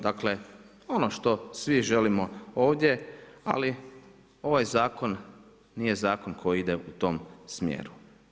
Dakle, ono što svi želimo ovdje, ali ovaj zakon nije zakon koji ide u tom smjeru.